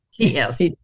Yes